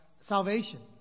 salvation